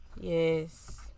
Yes